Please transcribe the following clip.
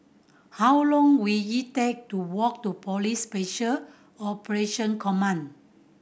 how long will it take to walk to Police Special Operation Command